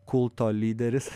kulto lyderis